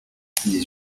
dix